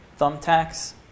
Thumbtacks